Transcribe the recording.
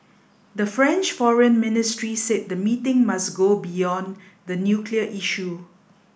the French Foreign Ministry said the meeting must go beyond the nuclear issue